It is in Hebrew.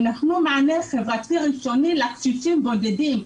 שנתנו מענה חברתי ראשוני לקשישים בודדים,